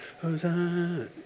Hosanna